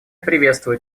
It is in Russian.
приветствует